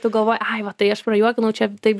tu galvoji ai va tai aš prajuokinau čia taip